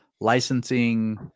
licensing